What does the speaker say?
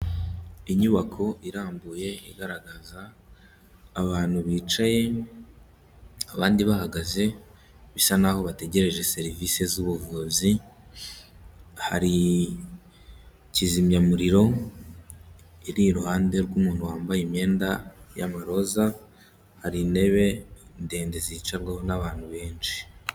Inyubako irambuye igaragaza abantu bicaye abandi bahagaze, bisa naho bategereje serivisi z'ubuvuzi, hari kizimyamuriro iri iruhande rw'umuntu wambaye imyenda y'amaroza, hari intebe ndende zicarwaho n'abantu benshi.